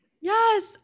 yes